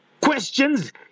questions